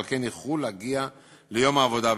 ועל כן איחרו להגיע ליום העבודה בבית-הספר.